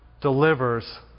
delivers